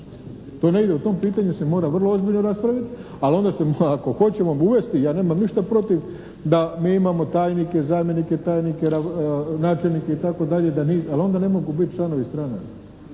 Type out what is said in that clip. To ne ide. O tom pitanju se mora vrlo ozbiljno raspravit, ali onda se, ako hoćemo uvesti, ja nemam ništa protiv da mi imamo tajnike, zamjenike tajnika, načelnike itd., ali onda ne mogu biti članovi stranaka.